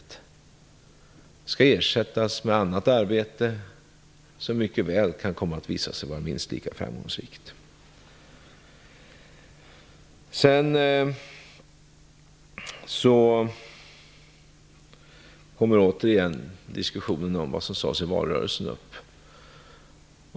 Det skall ersättas med annat arbete som mycket väl kan komma att visa sig vara minst lika framgångsrikt. Så kommer återigen diskussionen om vad som sades i valrörelsen upp.